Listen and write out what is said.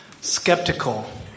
Skeptical